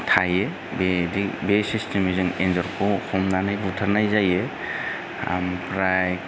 थायो बेदि बे सिस्तेमै जों एन्जरखौ हमनानै बुथारनाय जायो ओमफ्राय